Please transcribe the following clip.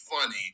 funny